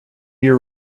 year